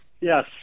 Yes